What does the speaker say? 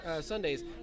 Sundays